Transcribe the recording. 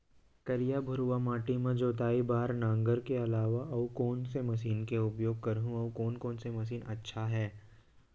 करिया, भुरवा माटी म जोताई बार नांगर के अलावा अऊ कोन से मशीन के उपयोग करहुं अऊ कोन कोन से मशीन अच्छा है?